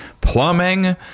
plumbing